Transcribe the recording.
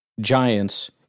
Giants